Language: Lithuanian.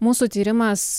mūsų tyrimas